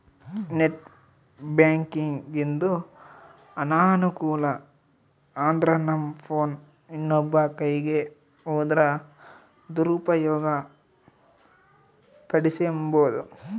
net ಬ್ಯಾಂಕಿಂಗಿಂದು ಅನಾನುಕೂಲ ಅಂದ್ರನಮ್ ಫೋನ್ ಇನ್ನೊಬ್ರ ಕೈಯಿಗ್ ಹೋದ್ರ ದುರುಪಯೋಗ ಪಡಿಸೆಂಬೋದು